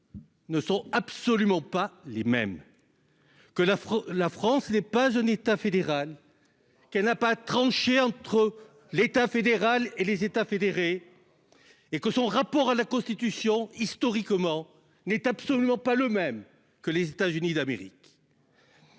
ne sont absolument pas les mêmes que la France, la France n'est pas un état fédéral qu'elle n'a pas tranché entre l'État fédéral et les États fédérés et que son rapport à la Constitution, historiquement, n'est absolument pas le même que les États-Unis d'Amérique.